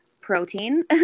protein